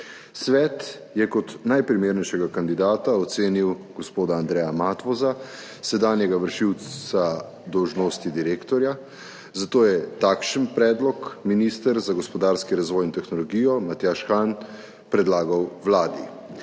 Svet je kot najprimernejšega kandidata ocenil gospoda Andreja Matvoza, sedanjega vršilca dolžnosti direktorja, zato je ta predlog minister za gospodarski razvoj in tehnologijo Matjaž Han predlagal Vladi.